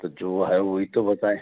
अरे तो जो है वही तो बताए